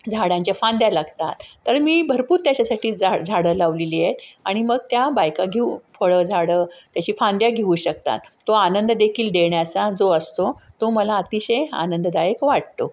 झाडांच्या फांद्या लागतात तर मी भरपूर त्याच्यासाठी झा झाडं लावलेली आहेत आणि मग त्या बायका घेऊ फळं झाडं त्याची फांद्या घेऊ शकतात तो आनंददेखील देण्याचा जो असतो तो मला अतिशय आनंददायक वाटतो